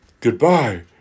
Goodbye